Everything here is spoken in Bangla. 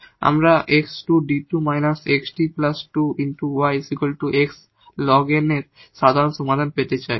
আমরা 𝑥 2𝐷 2 − 𝑥𝐷 2𝑦 𝑥 ln 𝑥 এর সাধারণ সমাধান পেতে চাই